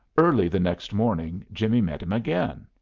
early the next morning jimmie met him again.